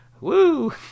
Woo